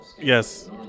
Yes